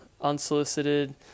unsolicited